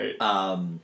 Right